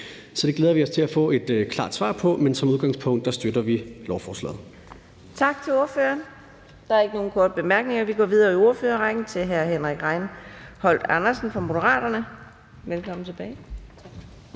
Så det glæder vi os til at få et klart svar på. Men som udgangspunkt støtter vi lovforslaget. Kl. 12:45 Anden næstformand (Karina Adsbøl): Tak til ordføreren. Der er ikke nogen korte bemærkninger. Vi går videre i ordførerrækken til hr. Henrik Rejnholt Andersen fra Moderaterne. Velkommen tilbage. Kl.